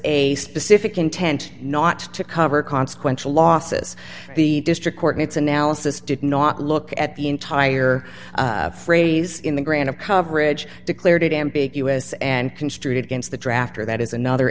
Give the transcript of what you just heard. a specific intent not to cover consequential losses the district court in its analysis did not look at the entire phrase in the grant of coverage declared it ambiguous and construed against the drafter that is another